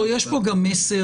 יש פה גם מסר.